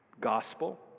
gospel